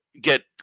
get